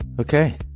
Okay